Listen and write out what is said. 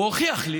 הוא הוכיח לי